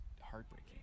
heartbreaking